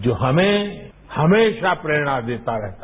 जो हमें हमेशा प्रेरणा देता रहेगा